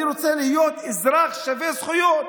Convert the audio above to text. אני רוצה להיות אזרח שווה זכויות